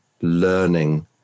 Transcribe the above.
learning